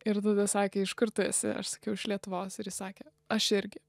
ir tada sakė iš kur tu esi aš sakiau iš lietuvos ir is sakė aš irgi